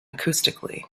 acoustically